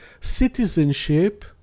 citizenship